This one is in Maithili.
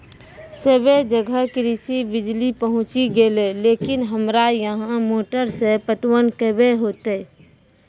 सबे जगह कृषि बिज़ली पहुंची गेलै लेकिन हमरा यहाँ मोटर से पटवन कबे होतय?